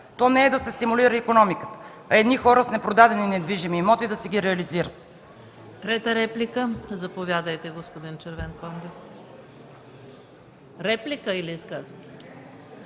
Тя не е да се стимулира икономиката, а едни хора с непродадени недвижими имоти да си ги реализират.